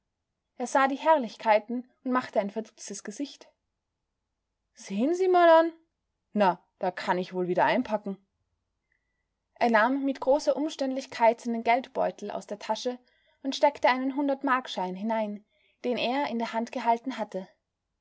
er sah die herrlichkeiten und machte ein verdutztes gesicht sehn sie mal an na da kann ich wohl wieder einpacken er nahm mit großer umständlichkeit seinen geldbeutel aus der tasche und steckte einen hundertmarkschein hinein den er in der hand gehalten hatte